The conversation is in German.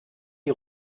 die